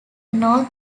north